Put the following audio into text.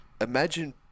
imagine